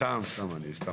סתם סתם, אני אומר.